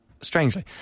strangely